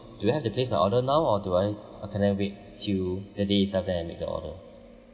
do I have to place my order now or do I or can I wait till the day itself then I make the order